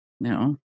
No